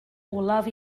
olaf